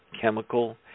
chemical